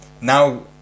now